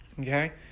Okay